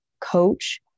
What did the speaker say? coach